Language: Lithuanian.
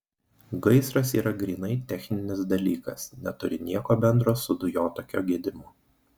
gaisras yra grynai techninis dalykas neturi nieko bendro su dujotakio gedimu